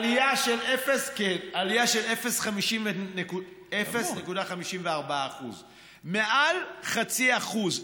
עלייה של 0.54%. מעל חצי אחוז.